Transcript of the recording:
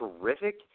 terrific